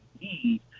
need